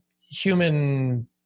human